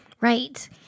Right